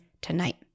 tonight